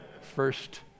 first